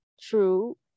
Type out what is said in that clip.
true